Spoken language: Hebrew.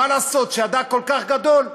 מה לעשות שהדג כל כך גדול,